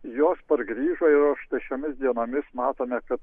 jos pargrįžo jau štai šiomis dienomis matome kad